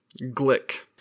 Glick